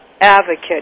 advocate